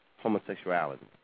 Homosexuality